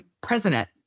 president